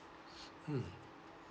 mm